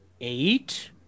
Eight